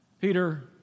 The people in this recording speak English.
Peter